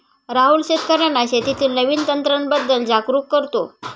राहुल शेतकर्यांना शेतीतील नवीन तंत्रांबद्दल जागरूक करतो